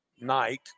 night